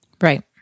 Right